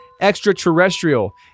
extraterrestrial